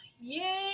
yay